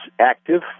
active